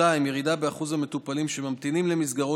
2. ירידה באחוז המטופלים שממתינים למסגרות